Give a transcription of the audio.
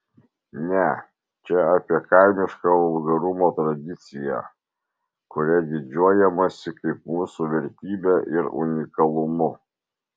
ne čia apie kaimišką vulgarumo tradiciją kuria didžiuojamasi kaip mūsų vertybe ir unikalumu